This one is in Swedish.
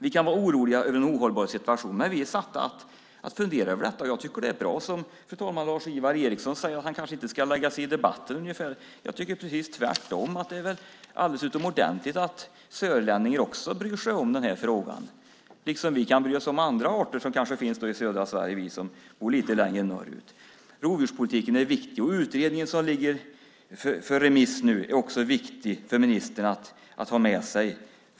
Vi kan vara oroliga över en ohållbar situation, men vi är satta att fundera över detta. Fru talman! Lars-Ivar Ericson säger att han kanske inte ska lägga sig i debatten. Jag tycker precis tvärtom. Det är alldeles utomordentligt att sörlänningar också bryr sig om frågan, liksom vi som bor lite längre norrut kan bry oss om andra arter som kanske finns i södra Sverige. Rovdjurspolitiken är viktig. Utredningen som ligger ute på remiss nu är också viktig för ministern att ha med sig.